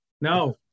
no